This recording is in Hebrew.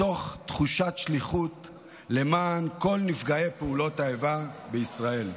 תחושת שליחות למען כל נפגעי פעולות האיבה בישראל,